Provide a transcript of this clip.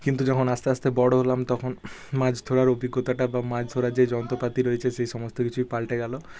কিন্তু যখন আসতে আসতে বড়ো হলাম তখন মাছ ধরার অভিজ্ঞতাটা বা মাছ ধরার যে যন্তপাতি রয়েছে সেই সমস্ত কিছুই পাল্টে গেল